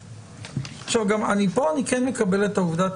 כאן אני כן מקבל את העובדה.